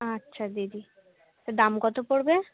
আচ্ছা দিদি তা দাম কত পড়বে